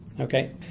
Okay